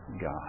God